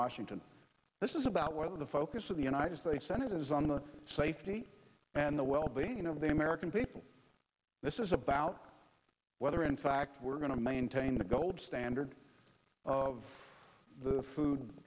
washington this is about why the focus of the united states senate is on the safety and the well being of the american people this is about whether in fact we're going to maintain the gold standard of the food